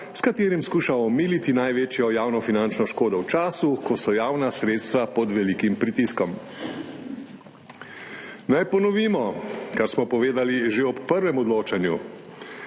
s katerim skuša omiliti največjo javno finančno škodo v času, ko so javna sredstva pod velikim pritiskom. Naj ponovimo, kar smo povedali že ob prvem odločanju.